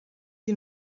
qui